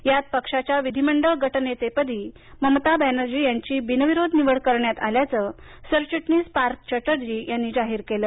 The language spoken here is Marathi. यात पक्षाच्या विधिमंडळ गटनेते पदी ममता बॅनर्जी यांची बिनविरोध निवड करण्यात आल्याचं सरचिटणीस पार्थ चटर्जी यांनी जाहीर केलं